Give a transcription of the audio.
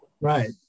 Right